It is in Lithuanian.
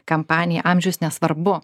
kampanija amžius nesvarbu